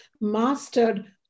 mastered